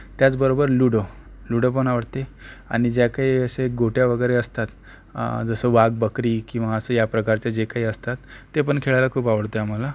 त्याचबरोबर ludo ludo पण आवडते आणि ज्या काही असे गोट्या वगैरे असतात जसं वाघ बकरी किंवा असे या प्रकारचे जे काही असतात ते पण खेळायला खूप आवडते आम्हाला